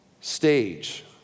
stage